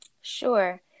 Sure